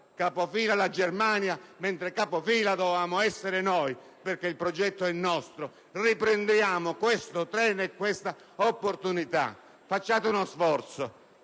capofila la Germania, mentre avremmo dovuto esserlo noi, perché il progetto è nostro. Riprendiamo questo treno e questa opportunità. Fate uno sforzo